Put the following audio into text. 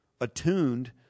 attuned